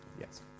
Yes